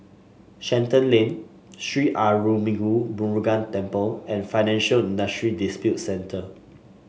Shenton Lane Sri Arulmigu Murugan Temple and Financial Industry Disputes Center